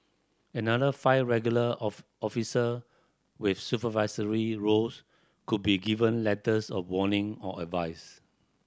another five regular off officer with supervisory roles could be given letters of warning or advice